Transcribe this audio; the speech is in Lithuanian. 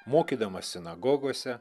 mokydamas sinagogose